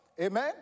Amen